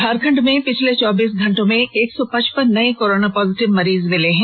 झारखंड में पिछले चौबीस घंटों में एक सौ पचपन नए कोरोना पॉजिटिव मरीज मिले हैं